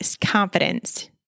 confidence